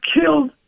killed